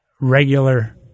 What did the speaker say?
regular